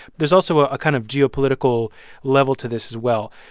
there's also a kind of geopolitical level to this as well.